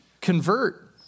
Convert